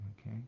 okay